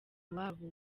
iwabo